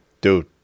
Dude